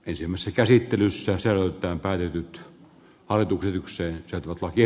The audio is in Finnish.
kysymysten käsittelyssä se on päätynyt alitukyvykseen se pulpahti